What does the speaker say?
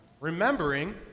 remembering